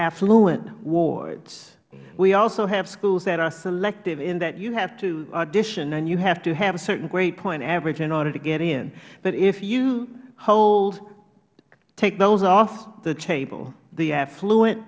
affluent wards we also have schools that are selective in that you have to audition and you have to have a certain grade point average in order to get in but if you take those off the table the affluent